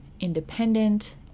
independent